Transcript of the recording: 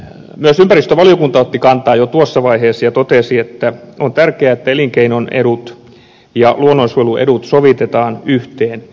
myös ympäristövaliokunta otti kantaa jo tuossa vaiheessa ja totesi että on tärkeä että elinkeinon edut ja luonnonsuojelun edut sovitetaan yhteen